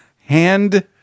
Hand –